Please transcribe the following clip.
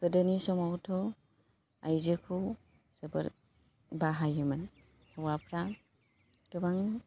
गोदोनि समावथ' आइजोखौ जोबोर बाहायोमोन हौवाफ्रा गोबां